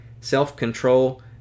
self-control